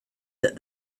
that